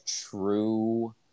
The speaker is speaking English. true